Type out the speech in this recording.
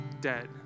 dead